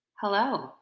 Hello